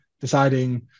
deciding